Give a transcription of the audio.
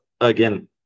again